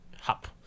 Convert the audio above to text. hop